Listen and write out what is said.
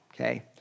okay